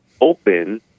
open